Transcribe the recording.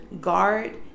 guard